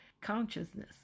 consciousness